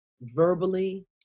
verbally